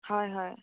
হয় হয়